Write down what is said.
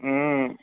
ம்